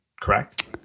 correct